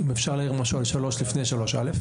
אם אפשר להעיר משהו על 3 לפני 3(א).